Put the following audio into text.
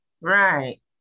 Right